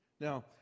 now